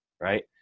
right